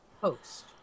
post